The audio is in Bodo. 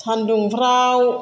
सानदुंफ्राव